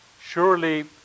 surely